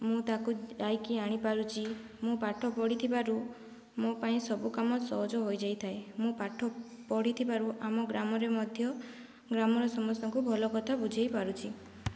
ମୁଁ ତାକୁ ଯାଇକି ଆଣିପାରୁଛି ମୁଁ ପାଠ ପଢ଼ିଥିବାରୁ ମୋ ପାଇଁ ସବୁ କାମ ସହଜ ହୋଇଯାଇଥାଏ ମୁଁ ପାଠ ପଢ଼ିଥିବାରୁ ଆମ ଗ୍ରାମରେ ମଧ୍ୟ ଗ୍ରାମରେ ସମସ୍ତଙ୍କୁ ଭଲ କଥା ବୁଝାଇ ପାରୁଛି